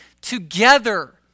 together